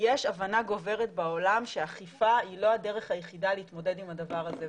יש הבנה גוברת בעולם שאכיפה היא לא הדרך היחידה להתמודד עם הדבר הזה.